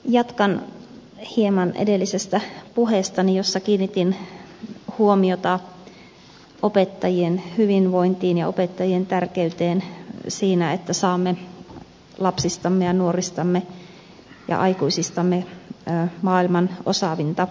jatkan hieman edellisestä puheestani jossa kiinnitin huomiota opettajien hyvinvointiin ja opettajien tärkeyteen siinä että saamme lapsistamme ja nuoristamme ja aikuisistamme maailman osaavinta väkeä